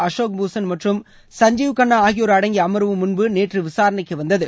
அஷோக் பூஷன் மற்றம் சஞ்சீவ் கண்ணா ஆகியோரடங்கிய அம்வு முன்பு நேற்று விசாரணைக்கு வந்தது